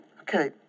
okay